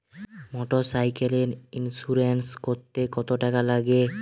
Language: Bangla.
মোটরসাইকেলের ইন্সুরেন্স করতে কত টাকা লাগে?